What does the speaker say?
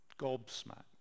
gobsmacked